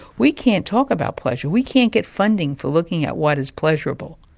we can't talk about pleasure, we can't get funding for looking at what is pleasurable.